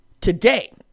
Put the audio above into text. today